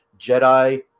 Jedi